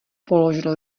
položil